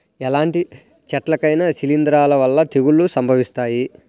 ఎలాంటి చెట్లకైనా శిలీంధ్రాల వల్ల తెగుళ్ళు సంభవిస్తాయి